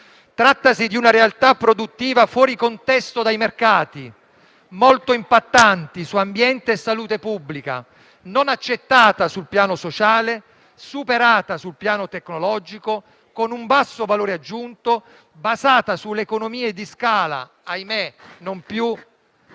Trattasi di una realtà produttiva fuori contesto dai mercati, molto impattante su ambiente e salute pubblica, non accettata sul piano sociale, superata sul piano tecnologico, con un basso valore aggiunto, basata sulle economie di scala, ahimè, non più correnti,